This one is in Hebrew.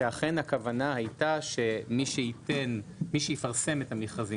שאכן הכוונה הייתה שמי שיפרסם את המכרזים